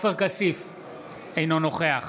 אינו נוכח